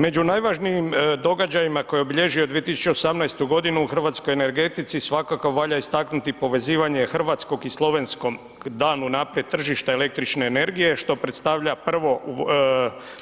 Među najvažnijim događajima koji je obilježio 2018. godinu u hrvatskoj energetici svakako valja istaknuti povezivanja hrvatskog i slovenskom … tržišta električne energije što predstavlja